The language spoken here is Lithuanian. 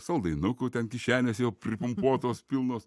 saldainukų ten kišenės jau pripumpuotos pilnos